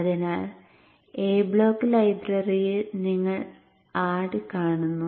അതിനാൽ A block ലൈബ്രറിയിൽ നിങ്ങൾ ആഡ് കാണുന്നു